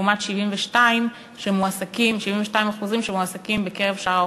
לעומת 72% שמועסקים בקרב שאר האוכלוסייה.